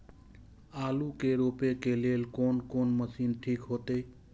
आलू के रोपे के लेल कोन कोन मशीन ठीक होते?